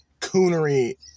coonery